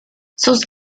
sus